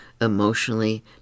emotionally